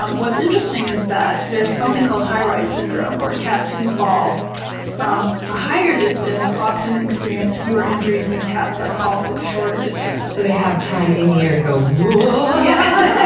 um what's interesting is that there's something called high rise syndrome where cats who fall from a higher distance often experience fewer injuries than cats that fall from a shorter distance. so they have time in the air to go woaa-aaahhh! yeah